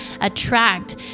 attract